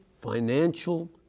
financial